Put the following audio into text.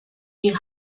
you